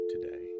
today